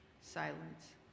Silence